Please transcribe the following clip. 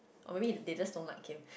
or maybe is they just don't like him